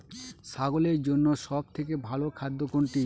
ছাগলের জন্য সব থেকে ভালো খাদ্য কোনটি?